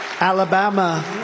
Alabama